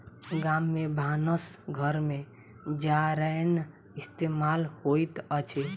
गाम में भानस घर में जारैन इस्तेमाल होइत अछि